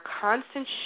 constant